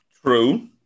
True